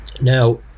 now